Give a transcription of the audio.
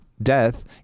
death